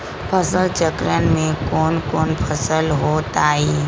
फसल चक्रण में कौन कौन फसल हो ताई?